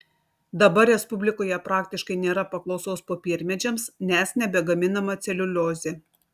dabar respublikoje praktiškai nėra paklausos popiermedžiams nes nebegaminama celiuliozė